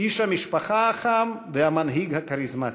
איש המשפחה החם והמנהיג הכריזמטי.